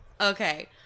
Okay